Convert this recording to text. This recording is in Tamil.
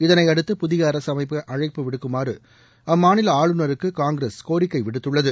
இதனையடுத்து புதிய அரசு அமைக்க அழைப்பு விடுக்குமாறு அம்மாநில ஆளுநருக்கு காங்கிரஸ் கோரிக்கை விடுத்துள்ளது